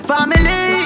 Family